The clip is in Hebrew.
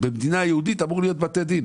במדינה יהודית אמורים להיות בתי דין,